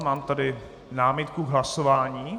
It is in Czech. Mám tady námitku k hlasování.